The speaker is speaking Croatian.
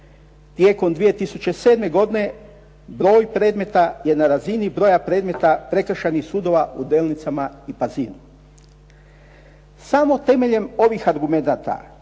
Tijekom 2007. godine broj predmeta je na razini broja predmeta prekršajnih sudova u Delnicama i Pazinu. Samo temeljem ovih argumenata